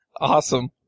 Awesome